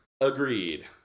Agreed